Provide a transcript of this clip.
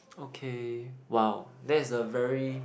okay !wow! that's a very